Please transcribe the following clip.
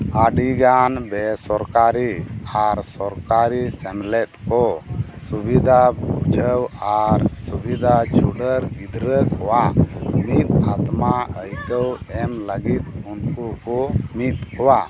ᱟᱹᱰᱤᱜᱟᱱ ᱵᱮᱥᱚᱨᱠᱟᱨᱤ ᱟᱨ ᱥᱚᱨᱠᱟᱨᱤ ᱥᱮᱢᱞᱮᱫ ᱠᱚ ᱥᱩᱵᱤᱫᱷᱟ ᱵᱷᱩᱡᱟᱹᱣ ᱟᱨ ᱥᱩᱵᱤᱫᱷᱟ ᱪᱷᱩᱰᱟᱹᱨ ᱜᱤᱫᱽᱨᱟᱹ ᱠᱚᱣᱟᱜ ᱢᱤᱫ ᱵᱷᱟᱛᱢᱟ ᱟᱹᱭᱠᱟᱹᱣ ᱮᱢ ᱞᱟᱹᱜᱤᱫ ᱩᱱᱠᱩ ᱠᱚ ᱢᱤᱫ ᱠᱚᱣᱟ